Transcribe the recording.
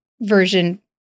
version